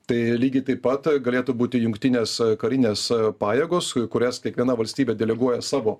tai lygiai taip pat galėtų būti jungtinės karinės pajėgos kurias kiekviena valstybė deleguoja savo